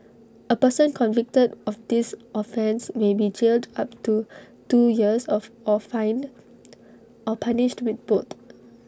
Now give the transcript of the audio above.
A person convicted of this offence may be jailed up to two years or fined or punished with both